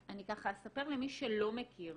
ואני אספר למי שלא מכיר,